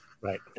right